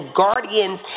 guardians